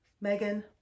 Megan